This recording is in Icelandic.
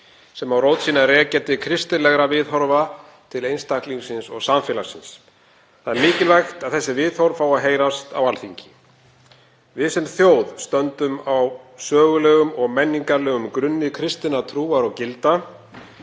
sem á rót sína að rekja til kristilegra viðhorfa til einstaklingsins og samfélagsins. Það er mikilvægt að þessi viðhorf fái að heyrast á Alþingi. Við sem þjóð stöndum á sögulegum og menningarlegum grunni kristinnar trúar og gilda.